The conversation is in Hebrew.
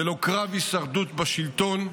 ולא קרב הישרדות בשלטון,